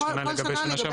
כל שנה לגבי שנה שעברה?